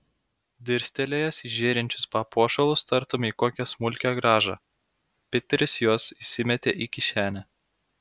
dirstelėjęs į žėrinčius papuošalus tartum į kokią smulkią grąžą piteris juos įsimetė į kišenę